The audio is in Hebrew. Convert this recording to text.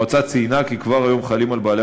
המועצה ציינה כי כבר היום חלים על בעלי